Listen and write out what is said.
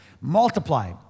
Multiply